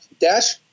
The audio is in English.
Dash